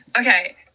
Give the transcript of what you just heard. Okay